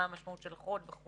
מה המשמעות של חוד וכו'.